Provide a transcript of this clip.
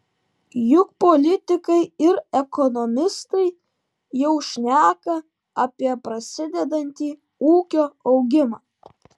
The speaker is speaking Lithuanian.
juk politikai ir ekonomistai jau šneka apie prasidedantį ūkio augimą